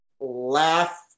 laugh